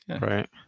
Right